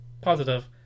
positive